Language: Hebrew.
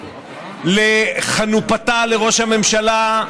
לחנופתה לראש הממשלה.